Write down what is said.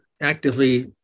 actively